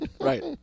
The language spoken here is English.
Right